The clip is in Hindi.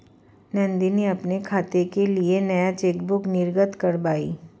नंदनी अपने खाते के लिए नया चेकबुक निर्गत कारवाई